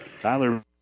Tyler